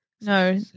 No